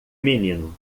menino